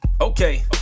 Okay